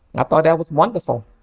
i thought that was wonderful,